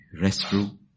restroom